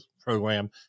program